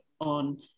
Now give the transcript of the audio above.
on